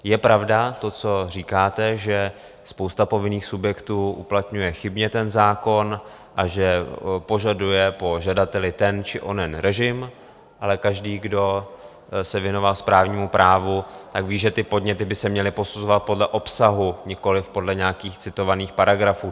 Je pravda to, co říkáte, že spousta povinných subjektů uplatňuje chybně ten zákon a že požaduje po žadateli ten či onen režim, ale každý, kdo se věnoval správnímu právu, ví, že podněty by se měly posuzovat podle obsahu, nikoliv podle nějakých citovaných paragrafů.